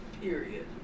Period